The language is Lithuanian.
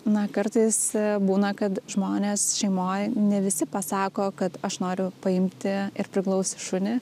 na kartais būna kad žmonės šeimoj ne visi pasako kad aš noriu paimti ir priglausti šunį